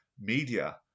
media